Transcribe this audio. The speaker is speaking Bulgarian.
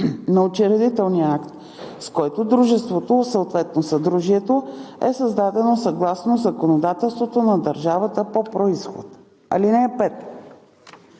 на учредителния акт, с който дружеството, съответно съдружието, е създадено съгласно законодателството на държавата по произход. (5)